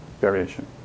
variation